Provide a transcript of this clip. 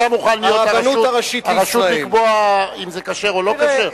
אתה מוכן להיות הרשות לקבוע אם זה כשר או לא כשר?